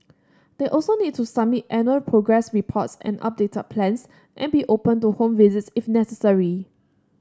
they also need to submit annual progress reports and updated plans and be open to home visits if necessary